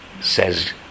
says